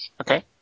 Okay